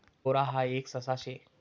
angora हाऊ एक ससा शे